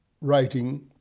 writing